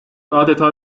adeta